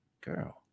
girl